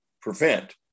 prevent